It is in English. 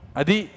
adi